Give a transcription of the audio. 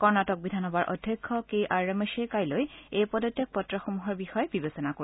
কৰ্ণাটক বিধানসভাৰ অধ্যক্ষ K R ৰমেশে কাইলৈ এই পদত্যাগ পত্ৰসমূহৰ বিষয়ে বিবেচনা কৰিব